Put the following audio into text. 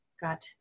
got